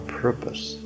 purpose